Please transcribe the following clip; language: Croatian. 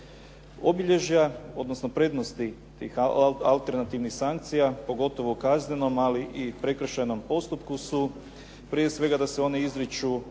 Obilježja, odnosno prednosti tih alternativnih sankcija, pogotovo u kaznenom, ali i prekršajnom postupku su prije svega da se one izriču